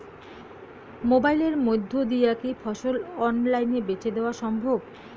মোবাইলের মইধ্যে দিয়া কি ফসল অনলাইনে বেঁচে দেওয়া সম্ভব?